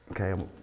Okay